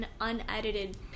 unedited